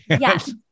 Yes